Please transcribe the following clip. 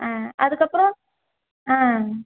ஆ அதுக்கப்புறம் ஆ